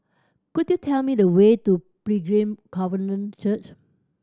could you tell me the way to Pilgrim Covenant Church